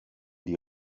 die